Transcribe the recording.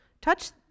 Touch